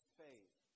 faith